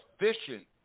efficient